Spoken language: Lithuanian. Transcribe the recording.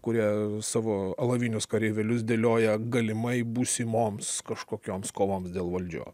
kurie savo alavinius kareivėlius dėlioja galimai būsimoms kažkokioms kovoms dėl valdžio